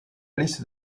liste